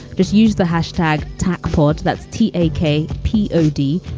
just use the hashtag tach for it. that's t a k p o d.